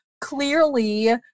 Clearly